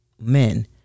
men